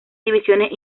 divisiones